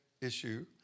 issue